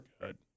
good